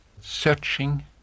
searching